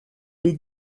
des